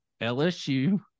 LSU